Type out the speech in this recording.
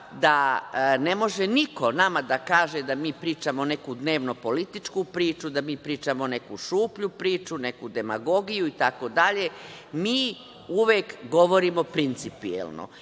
da ne može niko nama da kaže da mi pričamo neku dnevnu političku priču, da mi pričamo neku šuplju priču, neku demagogiju i tako dalje. Mi uvek govorimo principijelno